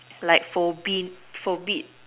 like forbid forbid